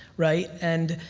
right? and,